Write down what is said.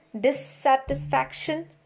dissatisfaction